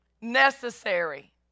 necessary